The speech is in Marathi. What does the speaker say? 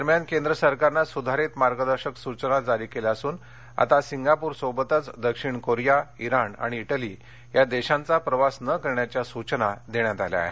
दरम्यान केंद्र सरकारनं सुधारित मार्गदर्शक सुचना जारी केल्या असून आता सिंगापूरसोबतच दक्षिण कोरिया ईराण आणि इटली या देशांचा प्रवास न करण्याच्या सूचना देण्यात आल्या आहेत